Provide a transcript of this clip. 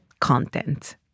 content